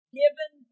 given